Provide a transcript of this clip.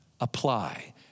apply